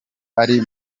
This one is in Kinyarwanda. ari